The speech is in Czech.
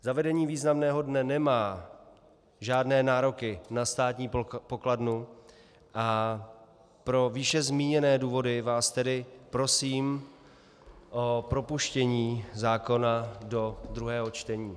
Zavedení významného dne nemá žádné nároky na státní pokladnu, a pro výše zmíněné důvody vás tedy prosím o propuštění zákona do druhého čtení.